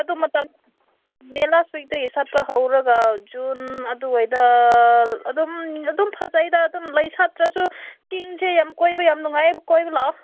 ꯑꯗꯨ ꯃꯇꯝ May last ꯋꯤꯛꯇꯒꯤ ꯁꯥꯠꯄ ꯍꯧꯔꯒ ꯖꯨꯟ ꯑꯗꯨꯋꯥꯏꯗ ꯑꯗꯨꯝ ꯑꯗꯨꯝ ꯐꯖꯩꯗ ꯑꯗꯨꯝ ꯂꯩ ꯁꯥꯠꯇ꯭ꯔꯁꯨ ꯆꯤꯡꯁꯦ ꯌꯥꯝ ꯀꯣꯏꯕ ꯌꯥꯝ ꯅꯨꯡꯉꯥꯏꯌꯦꯕ ꯀꯣꯏꯕ ꯂꯥꯛꯑꯣ